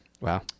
Wow